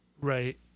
Right